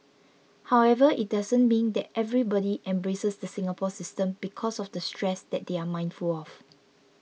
however it doesn't mean that everybody embraces the Singapore system because of the stress that they are mindful of